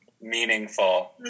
meaningful